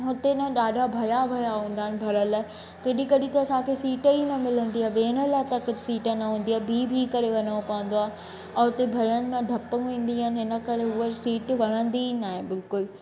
हुते न ॾाढा भरा वरा हूंदा आहिनि भरयल कॾहिं कॾहिं त असांखे सीट ई न मिलंदी आहे वेहन लाइ त सीट न हूंदी आहे बि बि करे वञिणो पवंदो आहे और हुते भयन मां धपूं ईंदी आहिनि हिन करे हूअ सीट वणंदी ई न आहे बिल्कुलु